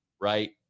right